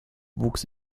wuchs